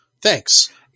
Thanks